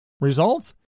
Results